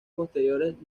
posteriores